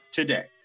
today